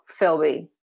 Philby